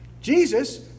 Jesus